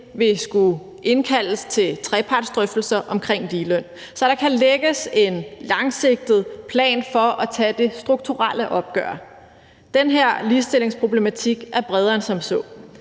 vil skulle indkaldes til trepartsdrøftelser om ligeløn, så der kan lægges en langsigtet plan for at tage det strukturelle opgør. Den her ligestillingsproblematik er bredere end som så.